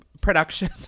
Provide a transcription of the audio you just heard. production